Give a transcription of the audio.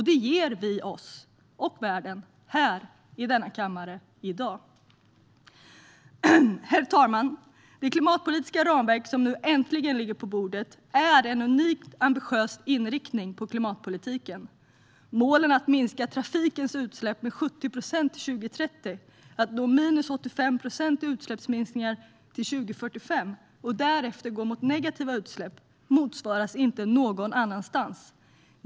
Det ger vi oss och världen här i denna kammare i dag. Herr talman! Det klimatpolitiska ramverk som nu äntligen ligger på bordet innebär en unikt ambitiös inriktning på klimatpolitiken. Målen att minska trafikens utsläpp med 70 procent till 2030, att nå minus 85 procent i utsläppsminskningar till 2045 och att därefter gå mot negativa utsläpp motsvaras inte någon annanstans.